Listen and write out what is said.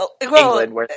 England